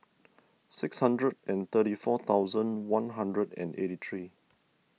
six hundred and thirty four thousand one hundred and eighty three